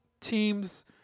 teams